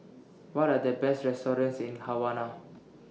What Are The Best restaurants in Havana